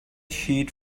sheet